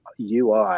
UI